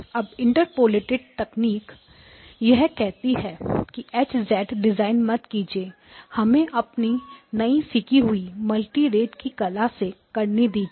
अब इंटरपोलेटेड तकनीक यह कहती है कि H डिजाइन मत कीजिए हमें अपनी नई सीखी हुई मल्टी रेट की कला से करने दीजिए